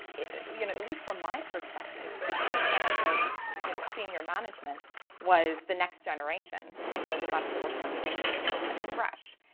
you know at least from my perspective, because so much of you know senior management was the next generation from those of us that were coming into the company fresh,